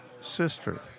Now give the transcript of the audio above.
sister